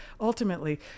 Ultimately